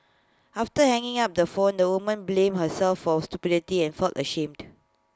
after hanging up the phone the woman blamed herself for stupidity and felt ashamed